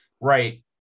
right